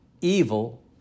evil